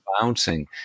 bouncing